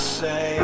say